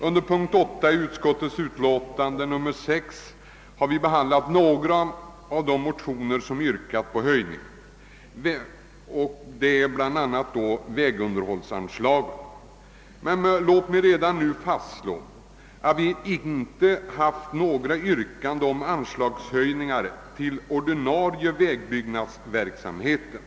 Under punkt 8 i utskottets utlåtande nr 6 har vi behandlat några av de motioner vari yrkats på höjning av bla. vägunderhållsanslagen. Låt mig redan nu fastslå att det inte förekommit några yrkanden om höjningar av anslagen till den ordinarie vägbyggnadsverksamheten.